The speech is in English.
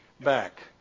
back